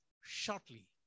shortly